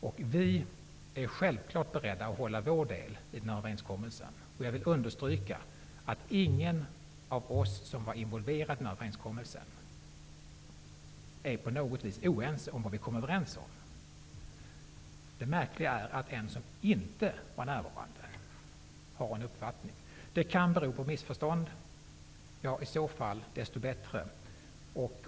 Vi i Ny demokrati är självfallet beredda att hålla vår del i överenskommelsen. Jag vill understryka att ingen av oss som var involverade i överenskommelsen är på något vis oense om vad vi kom överens om. Det märkliga är att en som inte var närvarande har en annan uppfattning. Det kan bero på missförstånd, och i så fall desto bättre.